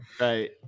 Right